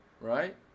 Right